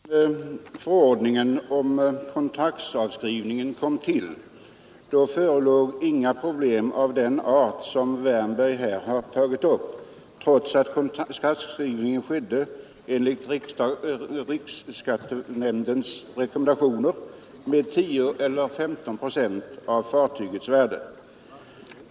Herr talman! Innan förordningen om kontraktsavskrivningen kom till, förelåg inga problem av den art som herr Wärnberg här har tagit upp, trots att kontraktsavskrivning skedde enligt riksskattenämndens rekommendationer med 10 eller 15 procent av fartygets värde.